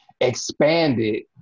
expanded